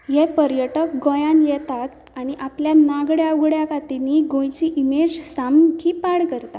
हे पर्यटक गोंयांत येतात आनी आपल्या नागड्या उगड्या कातींनी गोंयची इमेज सामकी पाड करता